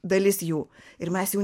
dalis jų ir mes jų